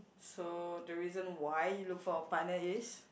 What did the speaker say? so the reason why you look for a partner is